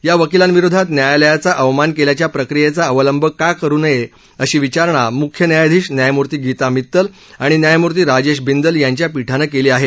या वकिलांविरोधात न्यायालयाचा अवमान केल्याच्या प्रक्रियेचा अवलंब का करू नये अशी विचारणा मुख्य न्यायाधीश न्यायमूर्ती गीता मितल आणि न्यायमूर्ती राजेश बिंदल यांच्या पीठानं केली आहे